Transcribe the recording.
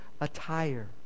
attire